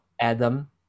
Adam